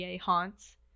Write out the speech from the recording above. haunts